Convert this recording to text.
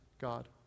God